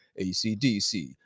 ACDC